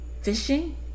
Fishing